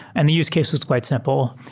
and the use case was quite simple.